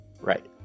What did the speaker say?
Right